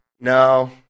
No